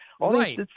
Right